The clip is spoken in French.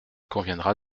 conviendra